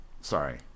Sorry